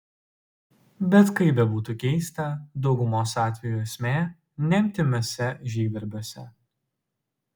bet kaip bebūtų keista daugumos atvejų esmė ne intymiuose žygdarbiuose